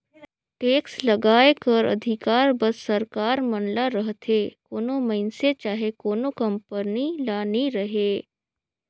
tax लगाए कर अधिकार बस सरकार मन ल रहथे कोनो मइनसे चहे कोनो कंपनी ल नी रहें